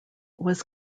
was